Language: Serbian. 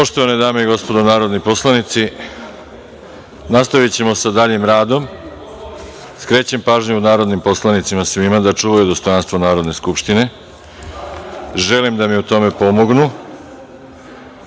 Poštovane dame i gospodo narodni poslanici, nastavićemo sa daljim radom. Skrećem pažnju svim narodnim poslanicima da čuvaju dostojanstvo Narodne skupštine, želim da mi u tome pomognu